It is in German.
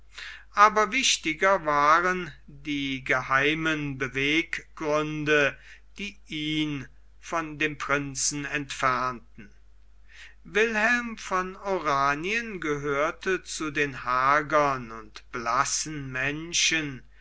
aber wichtiger waren die geheimen beweggründe die ihn von dem prinzen entfernten wilhelm von oranien gehörte zu den hagern und blassen menschen